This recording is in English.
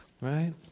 right